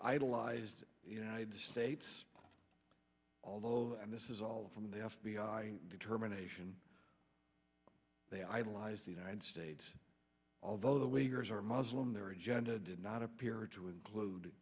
idolize the united states although this is all from the f b i determination they idolize the united states although the leaders are muslim their agenda did not appear to include